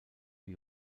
die